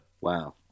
Wow